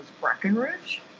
Breckenridge